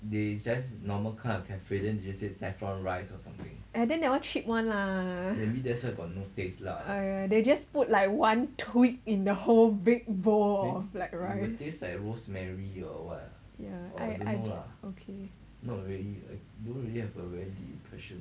!aiya! then that one cheap one lah ah ya they just put like one tweak in the whole big bowl of like rice yeah I I okay